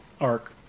arc